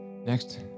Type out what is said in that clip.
Next